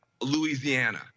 Louisiana